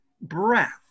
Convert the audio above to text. breath